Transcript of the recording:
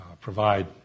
provide